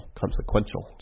consequential